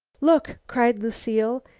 look, cried lucile,